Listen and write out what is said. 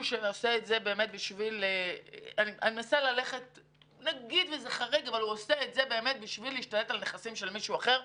שעושה את זה בשביל להשתלט על נכסים של אדם אחר,